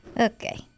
Okay